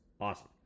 Awesome